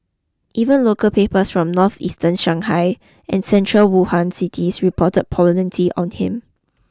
even local papers from northeastern Shanghai and central Wuhan cities reported prominently on him